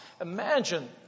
Imagine